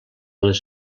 les